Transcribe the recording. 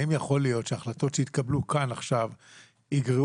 האם יכול להיות שהחלטות שהתקבלו כאן עכשיו יגרעו